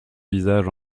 visage